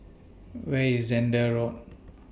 Where IS Zehnder Road